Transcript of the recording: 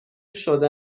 شده